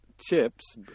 chips